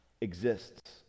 exists